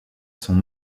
sont